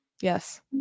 Yes